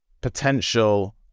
potential